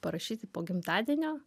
parašyti po gimtadienio